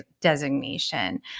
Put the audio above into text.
designation